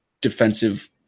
defensive